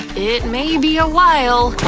it may be a while.